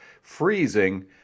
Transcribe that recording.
freezing